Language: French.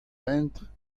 peintre